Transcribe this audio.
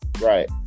Right